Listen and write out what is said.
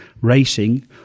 racing